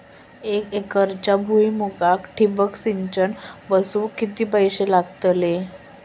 एक एकरच्या भुईमुगाक ठिबक सिंचन बसवूक किती पैशे लागतले?